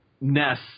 Ness